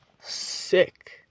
sick